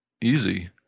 easy